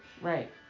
Right